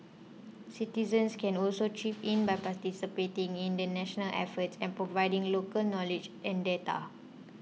citizens can also chip in by participating in the national effort and providing local knowledge and data